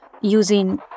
using